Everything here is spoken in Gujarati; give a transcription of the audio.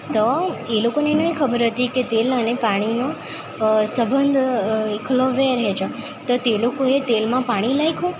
તો એ લોકોને નહીં ખબર હતી કે તેલ અને પાણીનો સબંધ એકલો વેર હેજો તો તે લોકોએ તેલમાં પાણી નાખ્યું